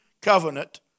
covenant